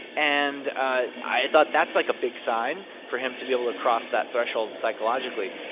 and i thought that's, like, a big sign for him to be able to cross that threshold psychologically.